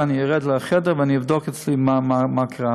אני ארד לחדר ואני אבדוק אצלי מה קרה.